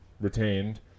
retained